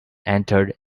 entered